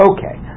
Okay